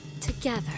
together